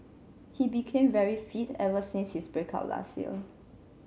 he became very fit ever since his break up last year